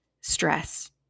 stress